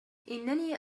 إنني